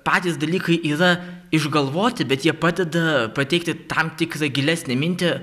patys dalykai yra išgalvoti bet jie padeda pateikti tam tikrą gilesnę mintį